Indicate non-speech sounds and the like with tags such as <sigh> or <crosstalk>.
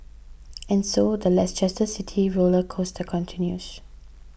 and so the <unintelligible> City roller coaster continues